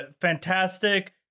Fantastic